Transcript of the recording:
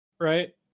right